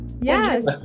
Yes